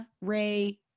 ray